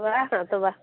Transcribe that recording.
ᱵᱟ ᱟᱫᱚ ᱵᱟᱝ